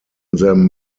them